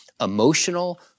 emotional